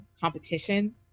competition